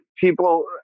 people